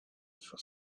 for